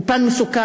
שהוא פן מסוכן: